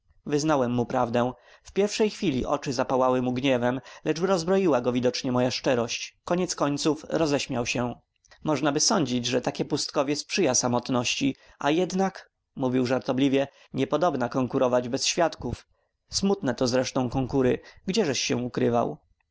woli wyznałem mu prawdę w pierwszej chwili oczy zapałały mu gniewem lecz rozbroiła go widocznie moja szczerość koniec końców roześmiał się możnaby sądzić że takie pustkowie sprzyja samotności a jednak mówił żartobliwie niepodobna konkurować bez świadków smutne to zresztą konkury gdzieżeś się ukrywał